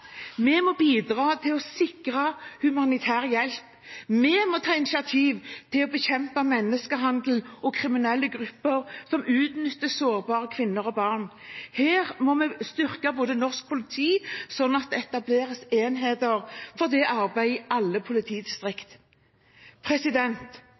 Vi må bidra til å sikre humanitær hjelp. Vi må ta initiativ til å bekjempe menneskehandel og kriminelle grupper som utnytter sårbare kvinner og barn. Vi må styrke norsk politi, slik at det etableres enheter for det arbeidet i alle